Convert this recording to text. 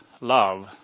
Love